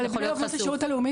אבל בני ובנות השירות הלאומי,